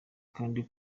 kandi